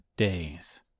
Days